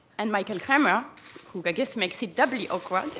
and michael kremer who i guess makes it doubly awkward.